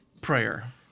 prayer